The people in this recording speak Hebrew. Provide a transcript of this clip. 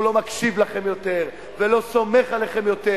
לא מקשיב לכם יותר ולא סומך עליכם יותר.